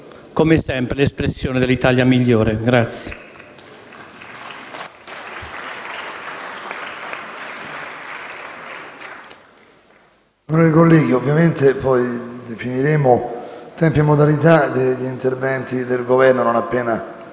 come sempre, espressione dell'Italia migliore.